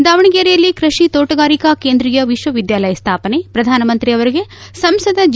ದಾವಣಗೆರೆಯಲ್ಲಿ ಕೈಷಿ ತೋಟಗಾರಿಕಾ ಕೇಂದ್ರೀಯ ವಿಶ್ವ ವಿದ್ಯಾಲಯ ಸ್ಥಾಪನೆ ಪ್ರಧಾನಮಂತ್ರಿ ಅವರಿಗೆ ಸಂಸದ ಜಿ